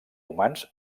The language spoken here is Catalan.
humans